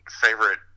favorite